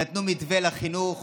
נתנו מתווה לחינוך,